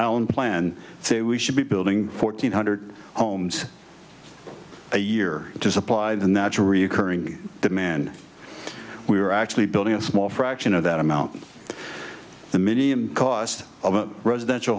land say we should be building fourteen hundred homes a year to supply the natural reoccurring demand we are actually building a small fraction of that amount the median cost of a residential